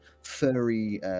furry